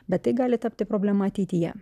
bet tai gali tapti problema ateityje